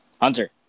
Hunter